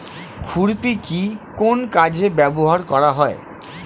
খুরপি কি কোন কাজে ব্যবহার করা হয়?